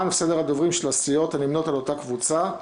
וסדר הדוברים של הסיעות הנמנות על אותה קבוצה.